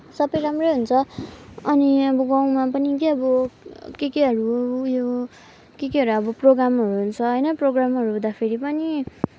सबै राम्रै हुन्छ अनि अब गाउँमा पनि के अब के केहरू उयो के केहरू अब प्रोग्रामहरू हुन्छ होइन प्रोग्रामहरू हुँदाखेरि पनि